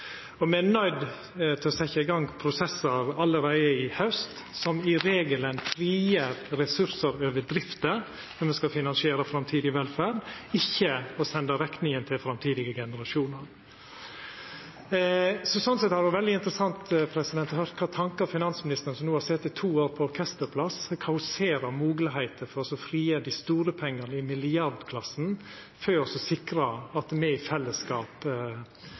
Me er nøydde til å setja i gang prosessar allereie i haust som i regelen vier ressursar til drifta som skal finansiera framtidig velferd – at ein ikkje sender rekninga til framtidige generasjonar. Sånn sett hadde det vore veldig interessant å høyra kva tankar finansministeren, som har sete to år på orkesterplass, har – kva ho ser av moglegheiter for å frigjera dei store pengane i milliardklassen for å sikra at me i fellesskap